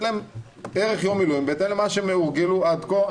להם ערך יום מילואים בהתאם למה שהם הורגלו עד כה.